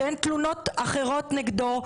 שאין תלונות אחרות נגדו,